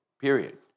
Period